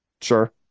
Sure